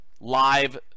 live